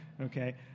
okay